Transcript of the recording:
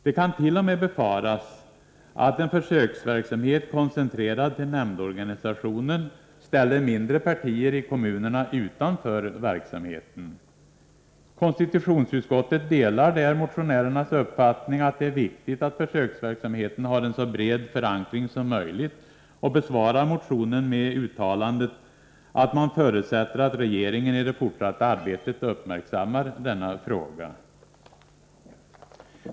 Det kan t.o.m. befaras att en försöksverksamhet koncentrerad till nämndorganisationen ställer mindre partier i kommunerna utanför verksamheten. Konstitutionsutskottet delar motionärernas uppfattning att det är viktigt att försöksverksamheten har en så bred förankring som möjligt och besvarar motionen med uttalandet att man förutsätter att regeringen i det fortsatta arbetet uppmärksammar denna fråga.